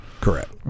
correct